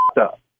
up